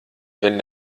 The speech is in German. wenn